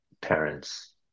parents